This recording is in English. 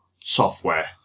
software